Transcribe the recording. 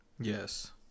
Yes